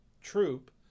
troop